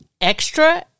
extra